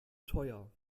teuer